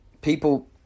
People